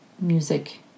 music